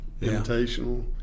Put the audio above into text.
Invitational